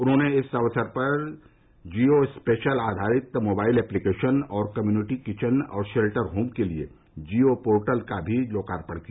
उन्होंने इस अवसर पर जियो स्पेशल आधारित मोबाइल एप्लिकेशन और कम्युनिटी किचन और शेल्टर होम के लिए जियो पोर्टल का भी लोकार्पण किया